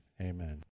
amen